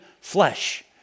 flesh